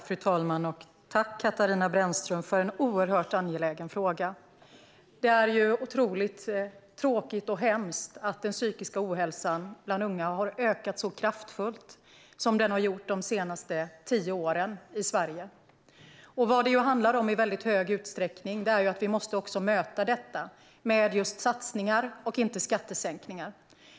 Fru talman! Jag tackar Katarina Brännström för en oerhört angelägen fråga. Det är otroligt tråkigt och hemskt att den psykiska ohälsan bland unga har ökat så kraftfullt som den har gjort de senaste tio åren i Sverige. Vad det handlar om i mycket stor utsträckning är att vi måste möta detta med satsningar och inte skattesänkningar.